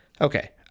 okay